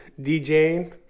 DJing